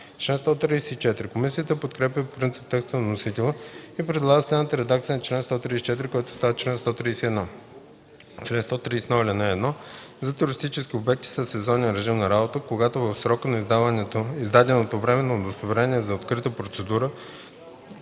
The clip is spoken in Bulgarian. Комисията подкрепя по принцип текста на вносителя и предлага следната редакция на чл. 134, който става чл. 131: „Чл. 131. (1) За туристически обекти със сезонен режим на работа, когато в срока на издаденото временно удостоверение за открита процедура